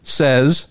says